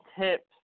tips